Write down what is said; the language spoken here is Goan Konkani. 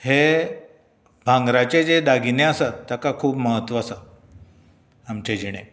हे भांगराचे जे दागिने आसात ताका खूब म्हत्व आसा आमचे जिणेंत